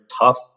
tough